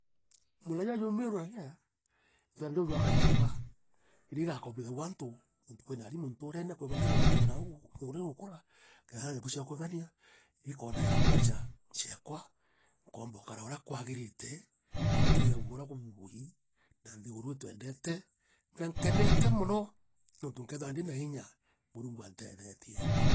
Mugunda jurea jwi Meru narea, ndienda ujwaka nyomba iria igakobithagua aantu nontu kwina aarimu nturene, kwi baangi beejite nau nthiguru iigukura nyomba cia iria ikoonaira mbeecha njekwa nkoomba ukara uria kwagirite nkiigagua uria kubuugi na nthiguru itwendete na nkenete mono nuntu nkethira ndiina inya Murungu antethetie.